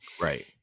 Right